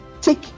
take